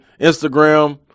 Instagram